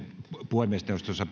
puhemiesneuvostossa